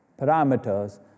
parameters